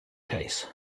case